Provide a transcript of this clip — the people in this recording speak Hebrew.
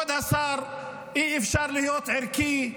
כבוד השר, אי-אפשר להיות ערכי,